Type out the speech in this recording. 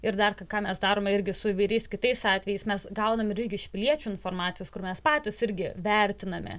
ir dar ką mes darome irgi su įvairiais kitais atvejais mes gauname ir irgi iš piliečių informacijos kur mes patys irgi vertiname